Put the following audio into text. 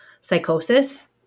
psychosis